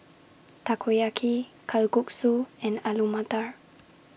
Takoyaki Kalguksu and Alu Matar